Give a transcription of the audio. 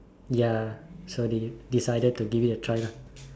ya so they decided to give it a try lah